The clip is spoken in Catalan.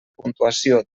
puntuació